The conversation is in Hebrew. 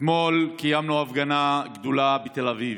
אתמול קיימנו הפגנה גדולה בתל אביב.